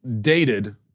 dated